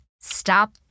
Stop